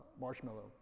marshmallow